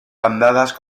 bandadas